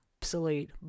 absolute